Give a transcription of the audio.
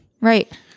Right